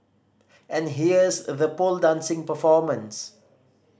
and here's the pole dancing performance